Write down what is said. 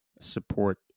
support